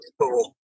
cool